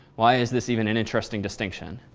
why is this even an interesting distinction?